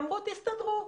אמרו: תסתדרו.